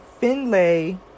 Finlay